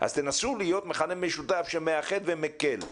אז תנסו להיות מכנה משותף שמאחד ומקל,